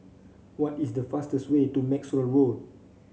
what is the fastest way to Maxwell Road